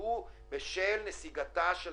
שאנשי עסקים